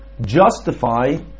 justify